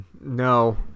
no